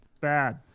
Bad